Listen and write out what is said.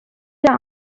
yang